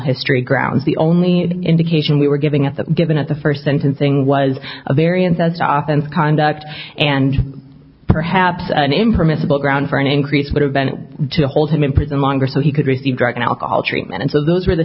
history grounds the only indication we were getting at that given at the first sentencing was a variance as stop and conduct and perhaps an impermissible ground for an increase would have been to hold him in prison longer so he could receive drug and alcohol treatment and so those were the